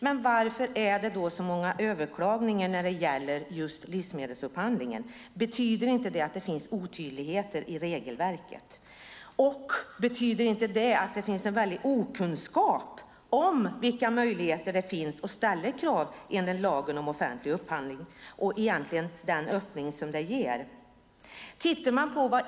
Men varför är det då så många överklaganden när det gäller just livsmedelsupphandlingen? Betyder inte det att det finns otydligheter i regelverket? Och betyder inte det att det finns en väldig okunskap om vilka möjligheter det finns att ställa krav enligt lagen om offentlig upphandling och den öppning som detta ger?